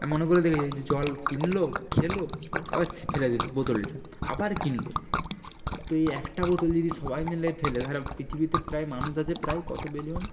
আমি অনেকগুলো দেখেছি যে জল কিনল খেলো আবার সে ফেলে দিল বোতলটা আবার কিনল তো এই একটা বোতল যদি সবাই মিলে ফেলে তাহলে পৃথিবীতে প্রায় মানুষ আছে প্রায় কত বিলিয়ন